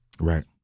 Right